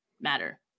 matter